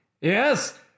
Yes